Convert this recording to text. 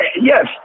yes